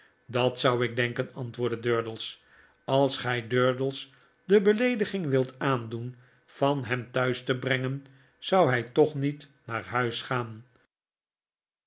dat zou ik denken i antwoordt durdels als gy durdels de beleediging wildet aandoen van hem thuis te brengen zou hy toch niet naar huis gaan